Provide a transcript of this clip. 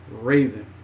Raven